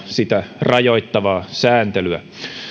sitä rajoittavaa sääntelyä